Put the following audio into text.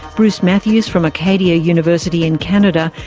bruce matthews from acadia university in canada,